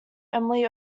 emily